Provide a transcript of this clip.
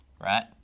right